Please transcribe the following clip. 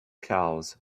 cows